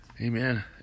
Amen